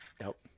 Nope